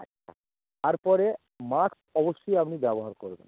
আচ্ছা তারপরে মাস্ক অবশ্যই আপনি ব্যবহার করবেন